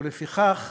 ולפיכך